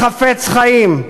החפץ חיים,